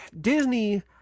Disney